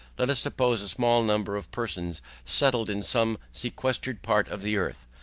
let us suppose a small number of persons settled in some sequestered part of the earth,